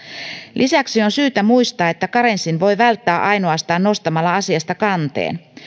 lisäksi on syytä muistaa että karenssin voi välttää ainoastaan nostamalla asiasta kanteen